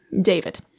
David